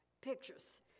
pictures